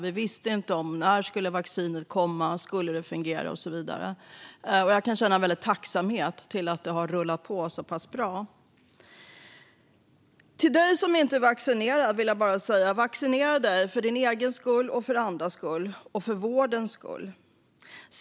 Vi visste inte när vaccinet skulle komma, om det skulle fungera och så vidare. Jag kan känna en stor tacksamhet över att det har rullat på så pass bra. Till dig som inte är vaccinerad vill jag bara säga: Vaccinera dig för din egen skull, för andras skull och för vårdens skull!